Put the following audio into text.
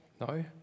No